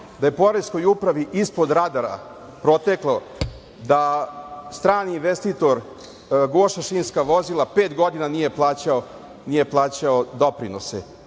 da je poreskoj upravi ispod radara proteklo da strani investitor „Goša“ šinska vozila pet godina nije plaćao doprinose